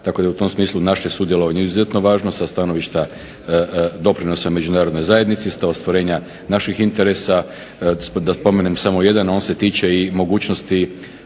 Tako da je u tom smislu naše sudjelovanje izuzetno važno sa stanovišta doprinosa Međunarodnoj zajednici … /Govornik se ne razumije./… Da spomenem samo jedan, on se tiče i mogućnosti